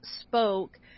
spoke